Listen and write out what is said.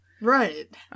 Right